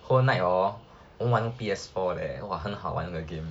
whole night orh 我们玩 P_S four leh !wah! 很好玩那个 game